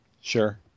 Sure